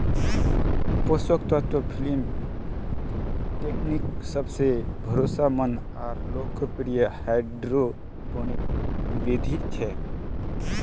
पोषक तत्व film technique सबसे भरोसामंद आर लोकप्रिय हाइड्रोपोनिक बिधि छ